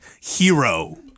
Hero